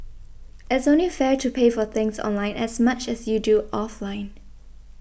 it's only fair to pay for things online as much as you do offline